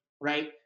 right